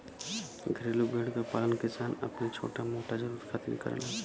घरेलू भेड़ क पालन किसान अपनी छोटा मोटा जरुरत खातिर करेलन